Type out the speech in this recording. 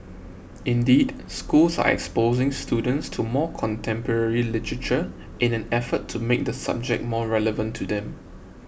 indeed schools are exposing students to more contemporary literature in an effort to make the subject more relevant to them